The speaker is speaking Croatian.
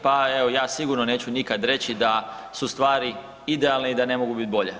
Pa evo ja sigurno neću nikad reći da su stvari idealne i da ne mogu bit bolje.